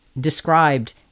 described